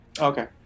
Okay